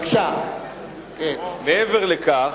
2. מעבר לכך,